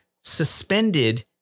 suspended